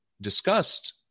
discussed